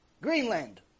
Greenland